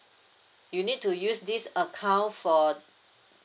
you need to use this account for